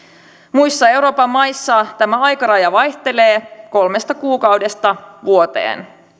muissa euroopan maissa tämä aikaraja vaihtelee kolmesta kuukaudesta vuoteen